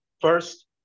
First